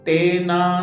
Tena